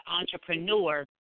entrepreneur